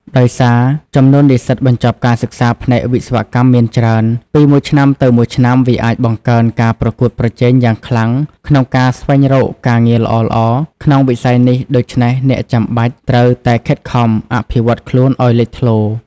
ដោយសារ ចំនួននិស្សិតបញ្ចប់ការសិក្សាផ្នែកវិស្វកម្មមានច្រើន ពីមួយឆ្នាំទៅមួយឆ្នាំវាអាចបង្កើនការប្រកួតប្រជែងយ៉ាងខ្លាំងក្នុងការស្វែងរកការងារល្អៗក្នុងវិស័យនេះដូច្នេះអ្នកចាំបាច់ត្រូវតែខិតខំអភិវឌ្ឍខ្លួនឲ្យលេចធ្លោ។